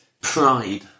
Pride